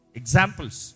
examples